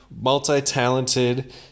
multi-talented